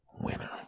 Winner